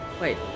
Wait